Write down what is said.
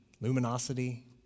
luminosity